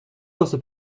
واسه